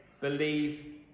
believe